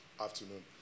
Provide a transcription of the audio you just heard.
afternoon